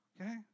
Okay